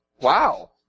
wow